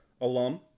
alum